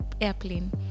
airplane